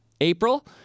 April